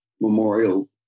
memorial